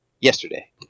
yesterday